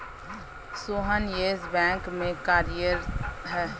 Sohan Yes Bank में कार्यरत है